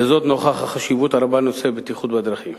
נוכח החשיבות הרבה בנושא הבטיחות בדרכים